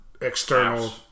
external